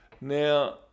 Now